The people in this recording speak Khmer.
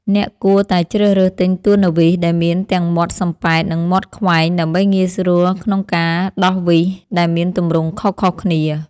អ្នកគួរតែជ្រើសរើសទិញទួណឺវីសដែលមានទាំងមាត់សំប៉ែត និងមាត់ខ្វែង ដើម្បីងាយស្រួលក្នុងការដោះវីសដែលមានទម្រង់ខុសៗគ្នា។